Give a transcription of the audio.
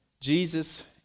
Jesus